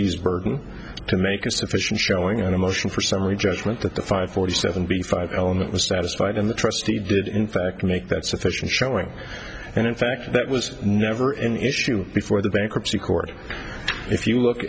trustees burden to make a sufficient showing on a motion for summary judgment that the five forty seven b five element was satisfied in the trustee did in fact make that sufficient showing and in fact that was never in issue before the bankruptcy court if you look